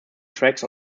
tracks